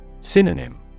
Synonym